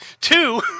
two